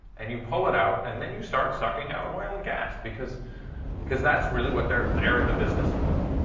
and you pull it out, and then you start sucking out oil and gas. because because that's really what they're they're in the business for.